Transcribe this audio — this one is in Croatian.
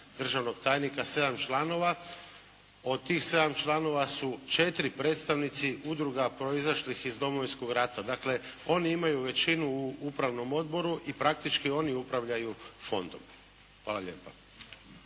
državnog tajnika sedam članova. Od tih sedam članova su četiri predstavnici udruga proizašlih iz Domovinskog rata. Dakle, oni imaju većinu u upravnom odboru i praktički oni upravljaju fondom. Hvala lijepa.